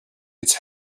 its